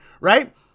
right